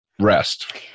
rest